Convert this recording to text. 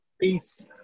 Peace